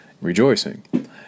rejoicing